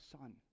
Son